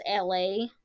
LA